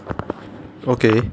okay